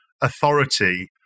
authority